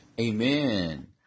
Amen